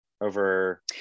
over